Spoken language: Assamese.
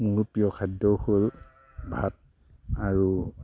মোৰ প্ৰিয় খাদ্য হ'ল ভাত আৰু